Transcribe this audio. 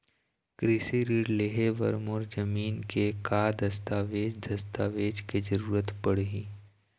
कृषि ऋण लेहे बर मोर जमीन के का दस्तावेज दस्तावेज के जरूरत पड़ही?